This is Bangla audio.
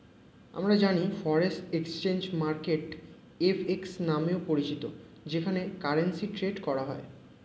আমরা জানি ফরেন এক্সচেঞ্জ মার্কেট এফ.এক্স নামেও পরিচিত যেখানে কারেন্সি ট্রেড করা হয়